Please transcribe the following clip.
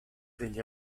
degli